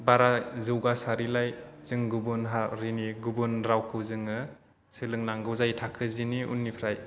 बारा जौगासारैलाय जों गुबुन हारिनि गुबुन रावखौ जोङो सोलोंनांगौ जायो थाखो जि नि उननिफ्राय